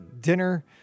dinner